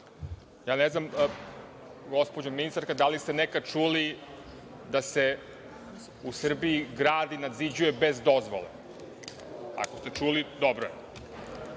Ne znam, gospođo ministarka da li ste nekada čuli da se u Srbiji gradi, nadziđuje bez dozvole? Ako ste čuli, dobro je.U